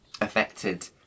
affected